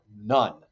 none